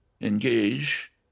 engage